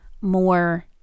more